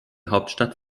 hauptstadt